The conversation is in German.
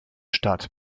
stadt